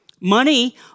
Money